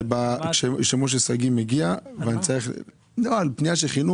זה שמשה שגיא מגיע ואני צריך לשאול אותו.